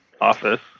office